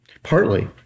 Partly